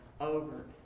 over